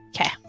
Okay